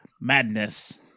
madness